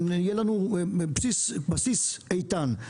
יהיה לנו בסיס איתן,